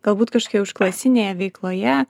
galbūt kažkokioje užklasinėje veikloje